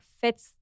fits